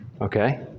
Okay